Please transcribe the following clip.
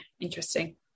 interesting